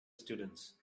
students